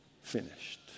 finished